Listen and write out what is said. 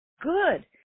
Good